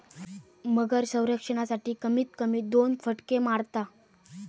मगर संरक्षणासाठी, कमीत कमी दोन फटके मारता